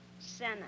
senna